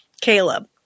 Caleb